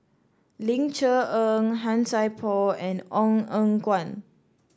Ling Cher Eng Han Sai Por and Ong Eng Guan